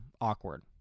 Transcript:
awkward